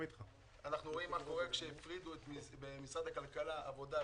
אנחנו רואים מה קורה כשהפרידו ממשרד הכלכלה את העבודה,